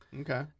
okay